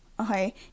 okay